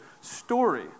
story